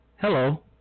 hello